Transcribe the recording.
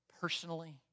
personally